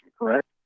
correct